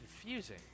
confusing